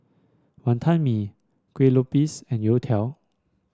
Wonton Mee Kueh Lopes and youtiao